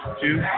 two